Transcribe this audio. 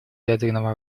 ядерного